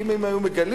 כי אם הם היו מגלים,